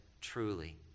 truly